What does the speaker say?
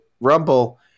Rumble